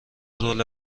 رول